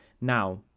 Now